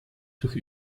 durch